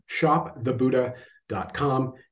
shopthebuddha.com